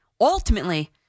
Ultimately